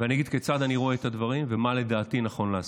אני אגיד כיצד אני רואה את הדברים ומה לדעתי נכון לעשות.